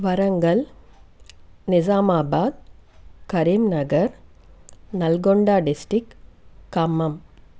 Warangal Nizamabad Karimnagar Nalgonda district Khammam